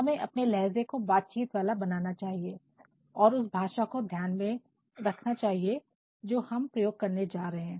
हमें अपने लहजे को बातचीत वाला बनाना चाहिए और उस भाषा को ध्यान में रखनी चाहिए जो हम प्रयोग करने जा रहे हैं